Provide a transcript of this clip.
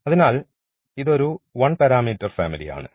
അതിനാൽ ഇത് ഒരു 1 പാരാമീറ്റർ ഫാമിലി ആണ്